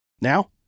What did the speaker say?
Now